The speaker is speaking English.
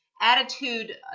attitude